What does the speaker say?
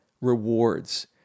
Rewards